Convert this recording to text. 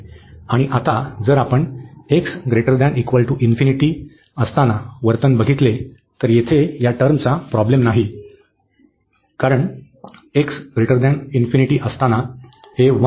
आणि आता जर आपण x असताना वर्तन बघितले तर येथे या टर्मचा प्रॉब्लेम नाही कारण x असताना हे 1 आहे